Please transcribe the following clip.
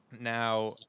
now